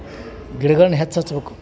ಗಿಡಗಳ್ನ ಹೆಚ್ಚು ಹಚ್ಬೇಕು